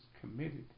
committed